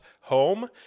home